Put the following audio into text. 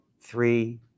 three